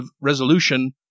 resolution